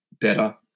better